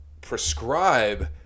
prescribe